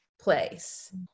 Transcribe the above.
place